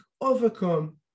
overcome